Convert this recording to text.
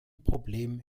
problem